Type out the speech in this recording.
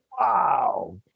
wow